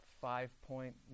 five-point